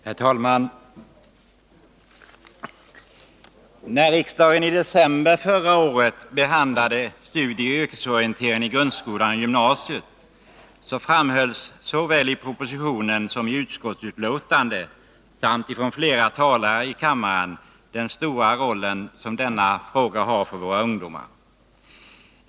Herr talman! När riksdagen i december förra året behandlade studieoch yrkesorienteringen i grundskola och gymnasium underströks — såväl i propositionen som i utskottsbetänkandet samt från flera talare i kammaren — den stora roll som denna fråga har för våra ungdomar.